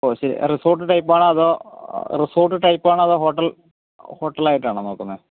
ഓ ശരി റിസോർട്ട് ടൈപ്പാണോ അതോ റിസോർട്ട് ടൈപ്പാണോ അതോ ഹോട്ടൽ ഹോട്ടലായിട്ടാണോ നോക്കുന്നത്